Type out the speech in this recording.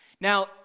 Now